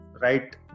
right